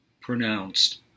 pronounced